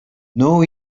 not